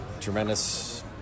Tremendous